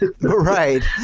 right